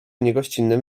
niegościnnym